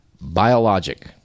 biologic